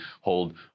hold